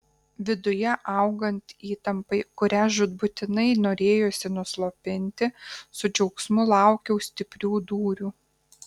viduje augant įtampai kurią žūtbūtinai norėjosi nuslopinti su džiaugsmu laukiau stiprių dūrių